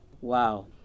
Wow